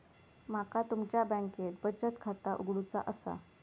माका तुमच्या बँकेत बचत खाता उघडूचा असा?